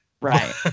Right